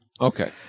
Okay